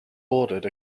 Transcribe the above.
ordered